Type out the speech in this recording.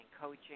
coaching